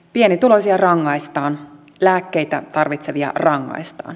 pienituloisia rangaistaan lääkkeitä tarvitsevia rangaistaan